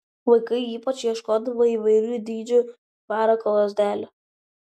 vaikai ypač ieškodavo įvairių dydžių parako lazdelių